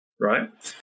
right